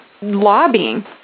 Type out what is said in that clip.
lobbying